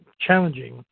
challenging